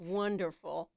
wonderful